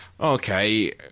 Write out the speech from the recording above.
okay